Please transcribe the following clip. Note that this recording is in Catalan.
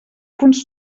punts